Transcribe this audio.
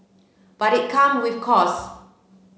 but it come with costs